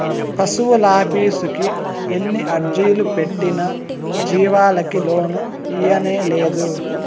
పశువులాఫీసుకి ఎన్ని అర్జీలు పెట్టినా జీవాలకి లోను ఇయ్యనేలేదు